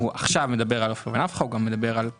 הוא עכשיו מדבר על נפחא,